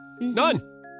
None